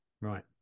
right